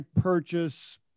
purchase